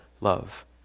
love